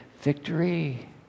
victory